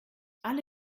alle